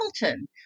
Hamilton